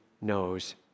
knows